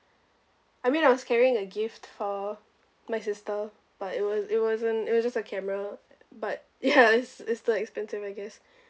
I mean I was carrying a gift for my sister but it was it wasn't it was just a camera but yes it's still expensive I guess